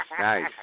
nice